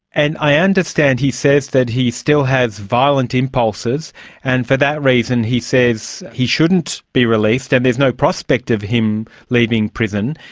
and i understand he says that he still has violent impulses and for that reason he says he shouldn't be released and there is no prospect of him leaving prison.